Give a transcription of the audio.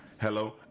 Hello